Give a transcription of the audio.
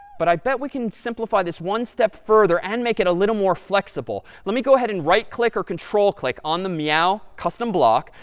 but i bet we can simplify this one step further and make it a little more flexible. let me go ahead and right click or control click on the meow custom block.